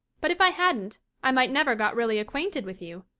but if i hadn't i might never got really acquainted with you.